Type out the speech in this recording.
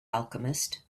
alchemist